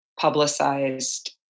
publicized